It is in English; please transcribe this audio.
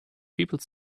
people